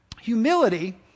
Humility